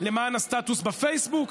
למען הסטטוס בפייסבוק,